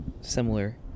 similar